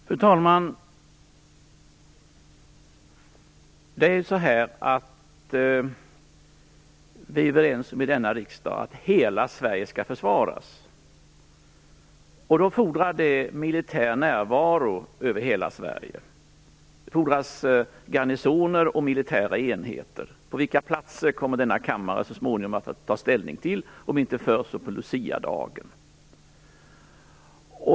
Fru talman! Vi är i denna riksdag överens om att hela Sverige skall försvaras. Det fordrar militär närvaro över hela Sverige. Det fordras garnisoner och militära enheter. På vilka platser de skall finnas kommer denna kammare så småningom att ta ställning till, om inte förr så på luciadagen.